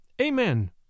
Amen